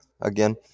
again